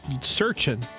searching